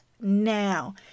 now